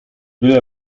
will